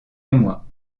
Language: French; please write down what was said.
émoi